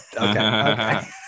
okay